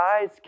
eyes